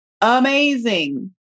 amazing